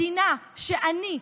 מדינה שאני,